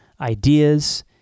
ideas